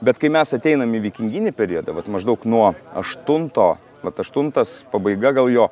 bet kai mes ateinam į vikinginį periodą vat maždaug nuo aštunto vat aštuntas pabaiga gal jo